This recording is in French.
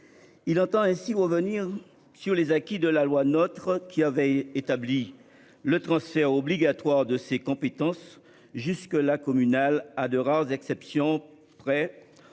souhaite ainsi revenir sur les acquis de la loi NOTRe, laquelle avait prévu le transfert obligatoire de ces compétences, jusque-là communales à de rares exceptions près,